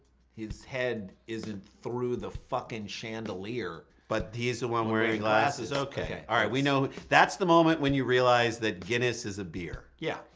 his head isn't through the fucking chandelier but he's the one wearing glasses, okay. all right we know, that's the moment when you realize that guinness is a beer. yeah.